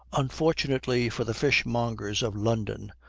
unfortunately for the fishmongers of london,